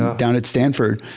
down at stanford,